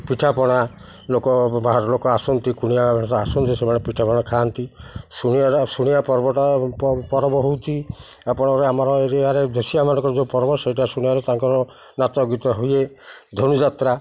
ପିଠା ପଣା ଲୋକ ବାହାର ଲୋକ ଆସନ୍ତି କୁଣିଆ ଆସନ୍ତି ସେମାନେ ପିଠା ପଣା ଖାଆନ୍ତି ଶୁଣିଆ ଶୁଣିଆ ପର୍ବଟା ପର୍ବ ହେଉଛି ଆପଣଙ୍କର ଆମର ଏରିଆରେ ଦେଶୀଆ ମାନଙ୍କର ଯେଉଁ ପର୍ବ ସେଇଟା ଶୁଣିଆରେ ତାଙ୍କର ନାଚ ଗୀତ ହୁଏ ଧନୁଯାତ୍ରା